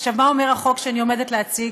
עכשיו, מה אומר החוק שאני עומדת להציג,